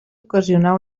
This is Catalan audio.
ocasionar